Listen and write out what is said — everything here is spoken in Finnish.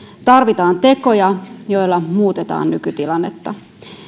tarvitaan tekoja joilla muutetaan nykytilannetta